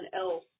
else